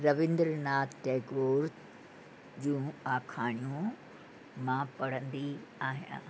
रविन्द्र नाथ टेगौर जूं आखाणियूं मां पढ़ंदी आहियां